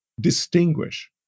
distinguish